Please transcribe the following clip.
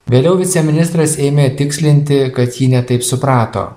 vėliau viceministras ėmė tikslinti kad jį ne taip suprato